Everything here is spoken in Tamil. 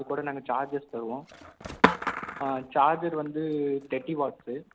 அதுக்கூட நாங்கள் சார்ஜர்ஸ் தருவோம் சார்ஜர் வந்து தேர்ட்டி வாட்ஸ்